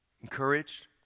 encouraged